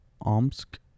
Omsk